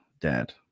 Dad